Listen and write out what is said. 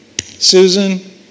Susan